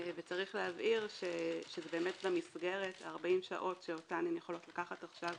וצריך להבהיר שזה באמת במסגרת ה-40 שעות שאותן הן יכולות לקחת עכשיו